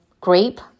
grape